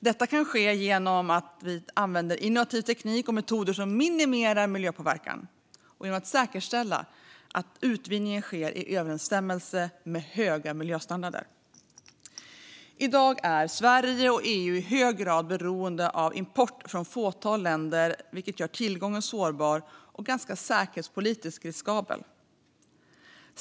Detta kan ske genom att vi använder innovativ teknik och metoder som minimerar miljöpåverkan och genom att vi säkerställer att utvinningen sker i överensstämmelse med höga miljöstandarder. I dag är Sverige och EU i hög grad beroende av import från ett fåtal länder, vilket gör tillgången sårbar och säkerhetspolitiskt ganska riskabel.